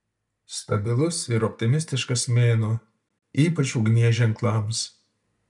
stabilus ir optimistiškas mėnuo ypač ugnies ženklams